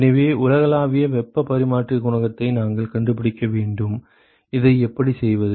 எனவே உலகளாவிய வெப்ப பரிமாற்ற குணகத்தை நாங்கள் கண்டுபிடிக்க வேண்டும் இதை எப்படி செய்வது